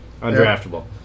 Undraftable